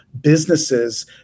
businesses